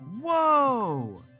Whoa